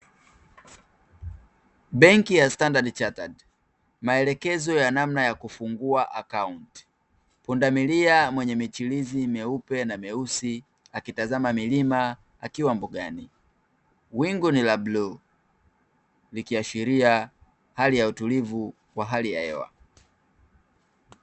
Benki ya "STANDARD CHATERED", maelekezo ya namna ya kufungua akaunti, pundamilia mwenye michirizi myeupe na myeusi akitazama milima akiwa mbugani, wingu ni la buluu likiashiria hali ya utulivu wa hali ya hewa.